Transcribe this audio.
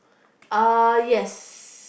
uh yes